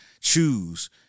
Choose